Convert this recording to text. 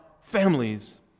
families